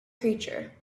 creature